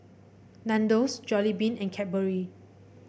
Nandos Jollibean and Cadbury